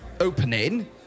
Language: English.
opening